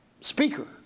speaker